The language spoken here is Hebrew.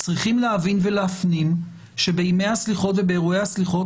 צריכים להבין ולהפנים שבימי הסליחות ובאירועי הסליחות,